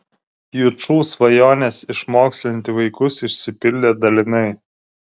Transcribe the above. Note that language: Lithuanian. jučų svajonės išmokslinti vaikus išsipildė dalinai